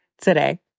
today